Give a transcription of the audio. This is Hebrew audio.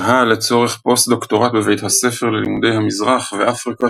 שהה לצורך פוסט-דוקטורט בבית הספר ללימודי המזרח ואפריקה